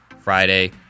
Friday